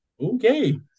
okay